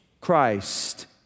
Christ